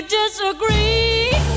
disagree